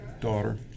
daughter